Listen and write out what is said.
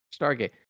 Stargate